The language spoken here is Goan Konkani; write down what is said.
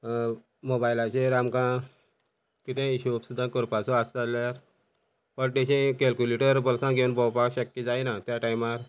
मोबायलाचेर आमकां कितें हिशोब सुद्दां करपाचो आसा जाल्यार बट तशें कॅलक्युलेटर बोल्सां घेवन भोंवपा शक्य जायना त्या टायमार